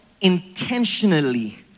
intentionally